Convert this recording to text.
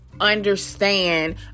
understand